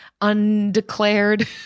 undeclared